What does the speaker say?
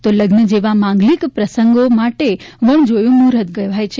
તો લગ્ન જેવા માંગલિક પ્રસંગે માટે વગ્નજોયું મૂહર્ત કહેવાય છે